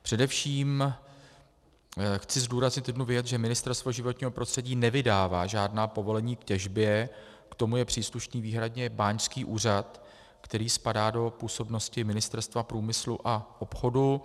Především chci zdůraznit jednu věc, že Ministerstvo životního prostředí nevydává žádná povolení k těžbě, k tomu je příslušný výhradně báňský úřad, který spadá do působnosti Ministerstva průmyslu a obchodu.